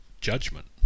judgment